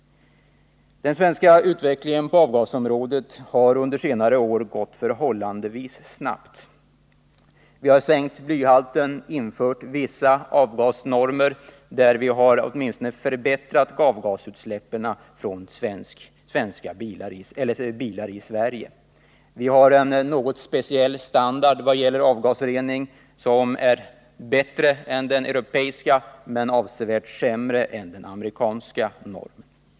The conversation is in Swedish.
Den svenska utvecklingen på avgasområdet har under senare år gått förhållandevis snabbt. Vi har sänkt blyhalten och infört vissa avgasnormer, vilket medfört att vi med avseende på renhet åtminstone förbättrat avgasutsläppen från bilar i Sverige. Vi har en något speciell standard i vad gäller avgasrening. Den är bättre än den europeiska, men avsevärt sämre än den amerikanska normen.